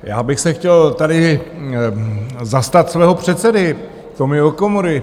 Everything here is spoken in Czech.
Já bych se chtěl tady zastat svého předsedy Tomio Okamury.